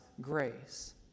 grace